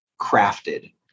crafted